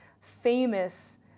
famous